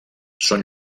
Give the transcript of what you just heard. són